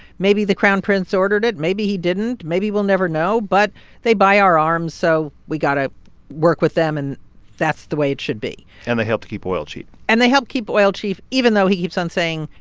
maybe the crown prince ordered it. maybe he didn't. maybe we'll never know. but they buy our arms. so we got to work with them, and that's the way it should be and they help to keep oil cheap and they help keep oil cheap, even though he keeps on saying,